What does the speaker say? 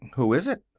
who is it?